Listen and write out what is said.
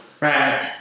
Right